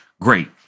great